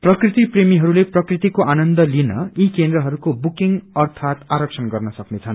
प्रकृति प्रेमीहरूले प्रकृतिक्वे आनन्द लिन यी केन्द्रहरूको बुकिंग अर्चात आरक्षण गर्न सक्नेछन्